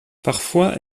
parfois